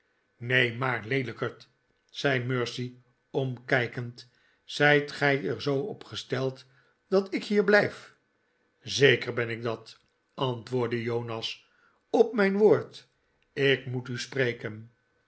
neen maar leelijkerd zei mercy omkijkend zijt gij er zoo op gesteld dat ik hier blijf zeker ben ik dat antwoordde jonas op mijn woord ik moet u spreken